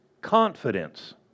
confidence